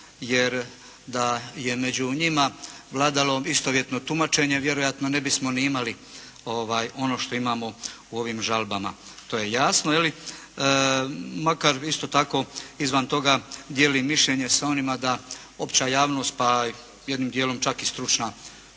jer da je među njima vladalo istovjetno tumačenje vjerojatno ne bismo ni imali ono što imamo u ovim žalbama. To je jasno. Makar isto tako izvan toga dijelim mišljenje sa onima da opća javnost pa jednim dijelom čak i stručna